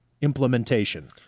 implementation